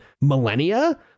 millennia